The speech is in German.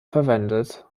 verwendet